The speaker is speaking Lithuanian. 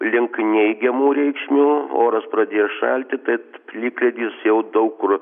link neigiamų reikšmių oras pradės šalti tad plikledis jau daug kur